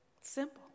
Simple